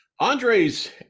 Andre's